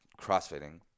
crossfitting